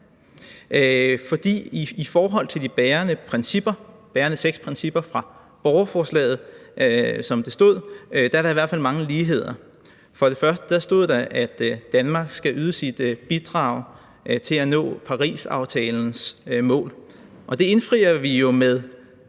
i forhold til de seks bærende principper for borgerforslaget, som det stod, er der i hvert fald mange ligheder. Som det første stod der, at Danmark skal yde sit bidrag til at nå Parisaftalens mål, og det indfrier vi jo med